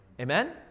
Amen